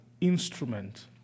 instrument